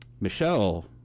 Michelle